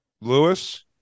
lewis